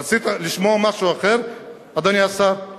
רצית לשמוע משהו אחר, אדוני השר?